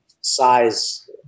size